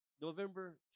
November